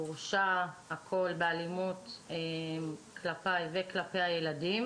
הורשה באלימות כלפיי וכלפי הילדים